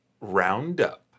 roundup